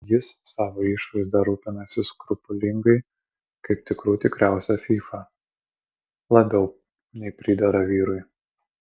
jis savo išvaizda rūpinasi skrupulingai kaip tikrų tikriausia fyfa labiau nei pridera vyrui